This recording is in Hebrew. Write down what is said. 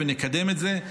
ונקדם את זה.